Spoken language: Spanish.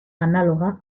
análoga